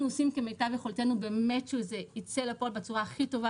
אנחנו עושים כמיטב יכולתנו באמת כדי שזה ייצא לפועל בצורה הכי טובה